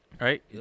Right